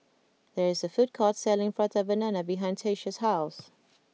there is a food court selling Prata Banana behind Tyesha's house